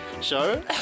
show